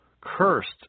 Cursed